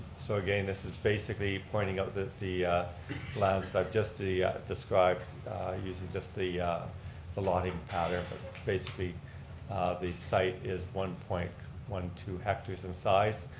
so again, this is basically pointing out the the lands that i've just described using just the the lotting pattern, but basically the site is one point one two hectares in size.